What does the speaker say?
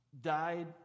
died